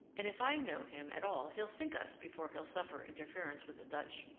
and if i know him at all he'll sink us before he'll suffer interference with the dutch.